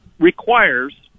requires